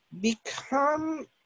become